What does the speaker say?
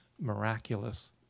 miraculous